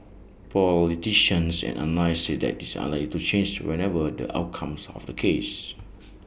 politicians and analysts say that is unlikely to change whatever the outcomes of the case